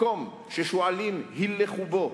מקום ששועלים הילכו בו,